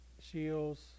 shields